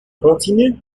continue